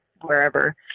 wherever